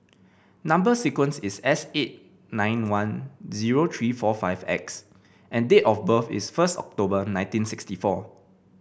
number sequence is S eight nine one zero three four five X and date of birth is first October nineteen sixty four